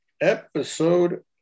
episode